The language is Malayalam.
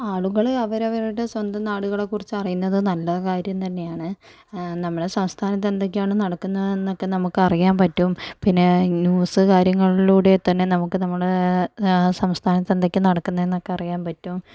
ആളുകൾ അവരവരുടെ സ്വന്തം നാടുകളെക്കുറിച്ച് അറിയുന്നത് നല്ല കാര്യം തന്നെയാണ് നമ്മുടെ സംസ്ഥാനത്ത് എന്തൊക്കെയാണ് നടക്കുന്നതെന്നൊക്കെ നമുക്കറിയാന് പറ്റും പിന്നെ ന്യൂസ് കാര്യങ്ങളിലൂടെ തന്നെ നമുക്ക് നമ്മുടെ സംസ്ഥാനത്ത് എന്തൊക്കെയാ നടക്കുന്നതെന്നൊക്കെ അറിയാന് പറ്റും